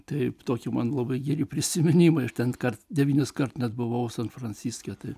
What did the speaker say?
taip tokie man labai geri prisiminimai aš ten kad devynis kart net buvau san franciske tai